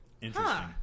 Interesting